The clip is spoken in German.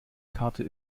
karte